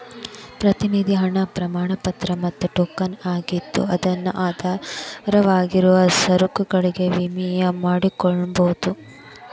ಪ್ರತಿನಿಧಿ ಹಣ ಪ್ರಮಾಣಪತ್ರ ಮತ್ತ ಟೋಕನ್ ಆಗಿದ್ದು ಅದನ್ನು ಆಧಾರವಾಗಿರುವ ಸರಕುಗಳಿಗೆ ವಿನಿಮಯ ಮಾಡಕೋಬೋದು